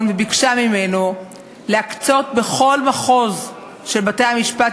וביקשה ממנו להקצות בכל מחוז של בתי-המשפט,